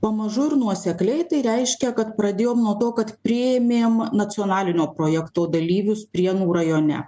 pamažu ir nuosekliai tai reiškia kad pradėjom nuo to kad priėmėm nacionalinio projekto dalyvius prienų rajone